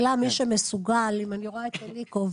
אם אני רואה את אליקו,